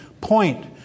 point